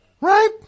Right